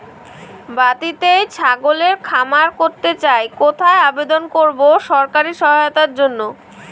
বাতিতেই ছাগলের খামার করতে চাই কোথায় আবেদন করব সরকারি সহায়তার জন্য?